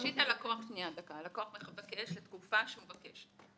הלקוח מבקש לתקופה שהוא מבקש.